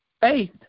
faith